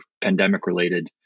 pandemic-related